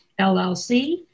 LLC